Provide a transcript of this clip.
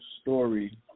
story